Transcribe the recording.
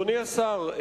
אדוני השר,